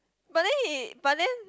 but then he but then